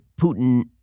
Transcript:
Putin